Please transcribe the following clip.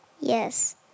Yes